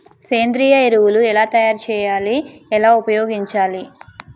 సేంద్రీయ ఎరువులు ఎలా తయారు చేయాలి? ఎలా ఉపయోగించాలీ?